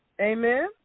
Amen